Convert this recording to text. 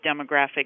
demographic